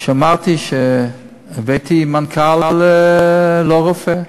כשאמרתי שהבאתי מנכ"ל לא רופא,